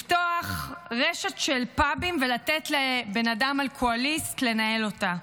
לפתוח רשת של פאבים ולתת לבן אדם אלכוהוליסט לנהל אותה,